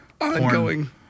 ongoing